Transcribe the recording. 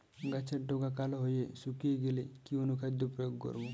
গাছের ডগা কালো হয়ে শুকিয়ে গেলে কি অনুখাদ্য প্রয়োগ করব?